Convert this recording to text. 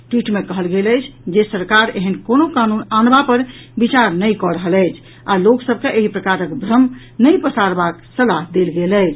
tweet मे स्पष्ट कयल गेल अछि जे सरकार ऐहन कोनो कानून आनबा पर विचार नहि कऽ रहल अछि आ लोक सभ के एहि प्रकारक भ्रम नहि पसारबाक सलाह देल गल अछि